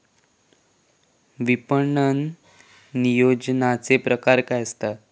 विपणन नियोजनाचे प्रकार काय आसत?